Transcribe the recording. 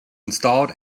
installed